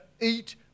eat